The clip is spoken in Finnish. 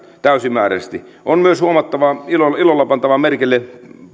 täysimääräisesti on myös ilolla pantava merkille